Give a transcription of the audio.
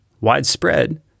widespread